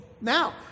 Now